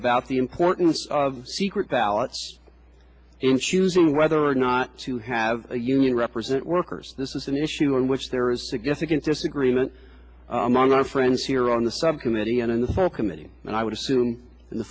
about the importance of secret ballots in choosing whether or not to have a union represent workers this is an issue on which there is significant disagreement among our friends here on the subcommittee and in the fall committing and i would assume the